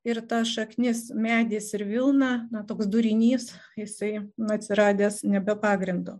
ir ta šaknis medis ir vilna na toks dūrinys jisai atsiradęs ne be pagrindo